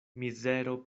mizero